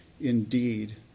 indeed